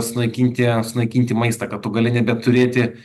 sunaikinti sunaikinti maistą kad tu gali nebeturėti